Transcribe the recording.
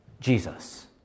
Jesus